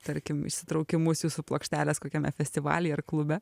tarkim išsitraukimus jūsų plokštelės kokiame festivalyje ar klube